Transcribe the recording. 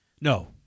no